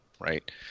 right